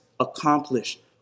Accomplished